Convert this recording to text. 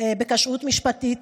בכשרות משפטית,